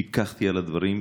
פיקחתי על הדברים.